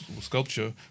sculpture